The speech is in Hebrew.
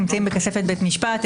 נמצאים בכספת בית משפט.